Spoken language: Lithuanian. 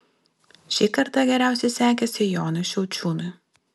šį kartą geriausiai sekėsi jonui šiaučiūnui